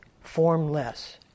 formless